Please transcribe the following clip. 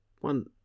one